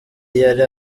yari